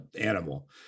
animal